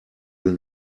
will